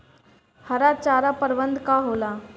हरा चारा प्रबंधन का होला?